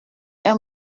est